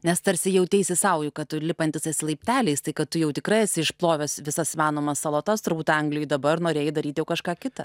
nes tarsi jauteisi sau jau kad tu lipantis laipteliais tai kad tu jau tikrai esi išplovęs visas įmanomas salotas turbūt anglijoj dabar norėjai daryt jau kažką kita